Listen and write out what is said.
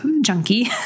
junkie